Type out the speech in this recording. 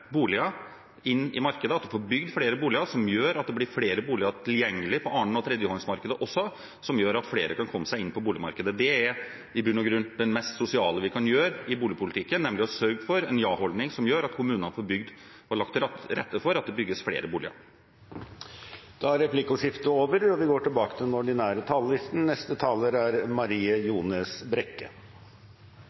boliger inn i markedet, at vi får bygget flere boliger, som gjør at det blir flere boliger tilgjengelig også på annen- og tredjehåndsmarkedet, som gjør at flere kan komme seg inn på boligmarkedet. Det er i bunn og grunn det mest sosiale vi kan gjøre i boligpolitikken, nemlig å sørge for en ja-holdning som gjør at kommunene får lagt til rette for at det bygges flere boliger. Replikkordskiftet er omme. Jeg hadde gleden av å møte som vararepresentant i starten av denne budsjettprosessen og